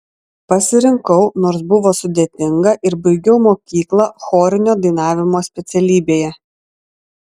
pasirinkau nors buvo sudėtinga ir baigiau mokyklą chorinio dainavimo specialybėje